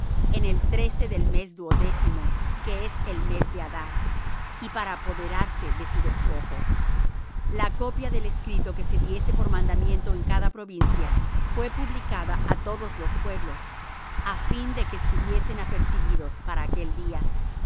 en el trece del mes duodécimo que es el mes de adar y para apoderarse de su despojo la copia del escrito que se diese por mandamiento en cada provincia fué publicada á todos los pueblos á fin de que estuviesen apercibidos para aquel día